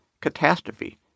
Catastrophe